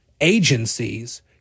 agencies